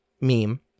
meme